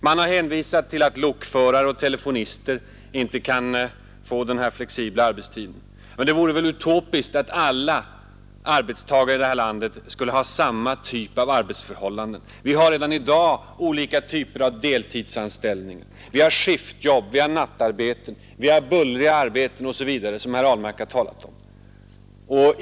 Man har hänvisat till att lokförare och telefonister inte kan få denna flexibla arbetstid. Det vore väl utopiskt att alla arbetstagare i detta land skulle ha samma arbetsförhållanden. Vi har redan i dag olika typer av deltidsanställningar. Vi har skiftjobb och nattarbeten. Vi har bullriga arbeten, osv., vilket herr Ahlmark har talat om.